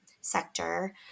sector